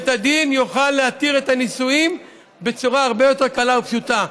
בית הדין יוכל להתיר את הנישואים בצורה הרבה יותר קלה ופשוטה.